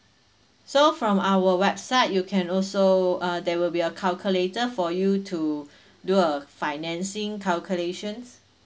so from our website you can also err there will be a calculator for you to do uh financing calculations